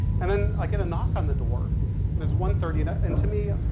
and then i get a knock on the door and it's one thirty, and and to me,